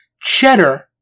cheddar